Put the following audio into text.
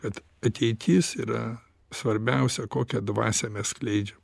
kad ateitis yra svarbiausia kokią dvasią mes skleidžiam